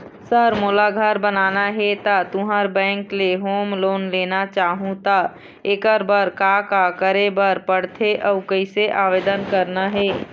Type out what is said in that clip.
Sir मोला घर बनाना हे ता तुंहर बैंक ले होम लोन लेना चाहूँ ता एकर बर का का करे बर पड़थे अउ कइसे आवेदन करना हे?